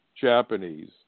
Japanese